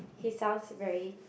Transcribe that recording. he sounds very